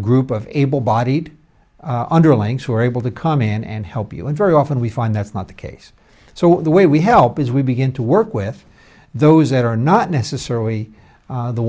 group of able bodied underlings who are able to come in and help you and very often we find that's not the case so the way we help is we begin to work with those that are not necessarily